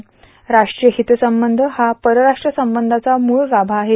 राष्ट्रीय हितसंबंध हा परराष्ट्रसंबंधाचा मुळ गाभा आहे